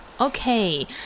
Okay